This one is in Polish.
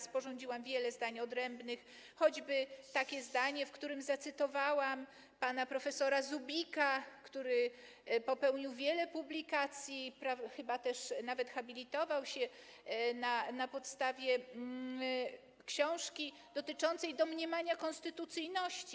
Sporządziłam wiele zdań odrębnych, choćby takie zdanie, w którym zacytowałam pana prof. Zubika, który popełnił wiele publikacji, chyba nawet habilitował się na podstawie książki dotyczącej domniemania konstytucyjności.